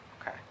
Okay